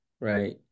right